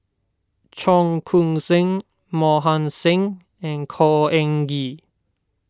Cheong Koon Seng Mohan Singh and Khor Ean Ghee